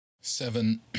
Seven